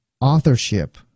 authorship